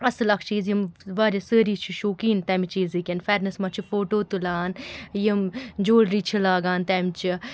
اَصٕل اَکھ چیٖز یِم واریاہ سٲری چھِ شوقیٖن تَمہِ چیٖزٕکٮ۪ن پھٮ۪رنَس منٛز چھِ فوٹوٗ تُلان یِم جُولری چھِ لاگان تَمِچہِ